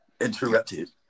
interrupted